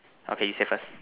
okay you say first